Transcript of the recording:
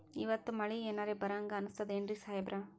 ಇವತ್ತ ಮಳಿ ಎನರೆ ಬರಹಂಗ ಅನಿಸ್ತದೆನ್ರಿ ಸಾಹೇಬರ?